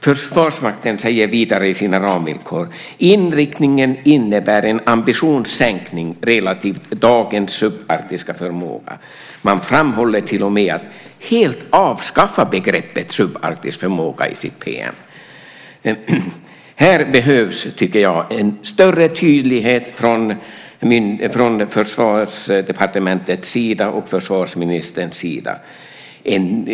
Vidare säger Försvarsmakten i sina ramvillkor: "Inriktningen innebär en ambitionssänkning relativt dagens subarktiska förmåga." Man talar till och med om att helt avskaffa begreppet "subarktisk förmåga" i sitt pm. Här behövs det, tycker jag, en större tydlighet från Försvarsdepartementets sida och från försvarsministerns sida.